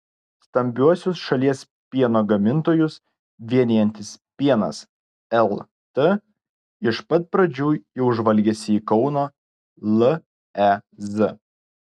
stambiuosius šalies pieno gamintojus vienijantis pienas lt iš pat pradžių jau žvalgėsi į kauno lez